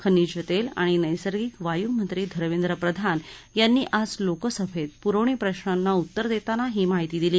खनिज तस्तआणि नैसर्गिक वायू मंत्री धमेंद्र प्रधान यांनी आज लोकसभस्तपुरवणी प्रश्नांना उत्तर दस्तिना ही माहिती दिली